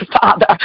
Father